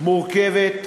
מורכבת,